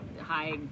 high